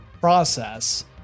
process